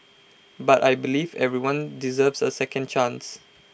but I believe everyone deserves A second chance